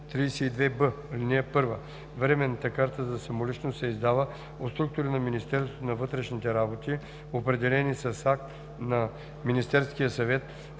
32б. (1) Временна карта за самоличност се издава от структури на Министерството на вътрешните работи, определени с акт на Министерския съвет,